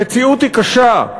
המציאות היא קשה,